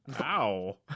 Wow